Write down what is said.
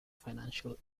financial